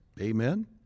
Amen